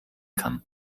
kann